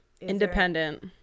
Independent